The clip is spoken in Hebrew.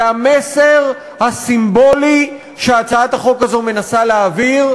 זה המסר הסימבולי שהצעת החוק הזאת מנסה להעביר,